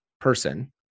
person